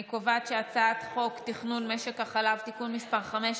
אני קובעת שהצעת חוק תכנון משק החלב (תיקון מס' 5),